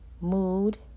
mood